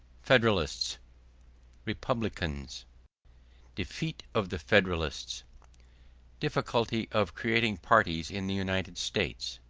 federalists republicans defeat of the federalists difficulty of creating parties in the united states